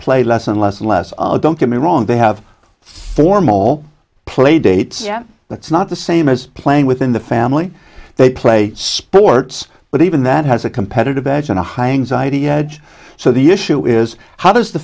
play less and less and less oh don't get me wrong they have formal playdates that's not the same as playing within the family they play sports but even that has a competitive edge and a high anxiety edge so the issue is how does the